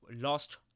lost